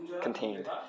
contained